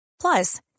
Plus